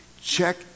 check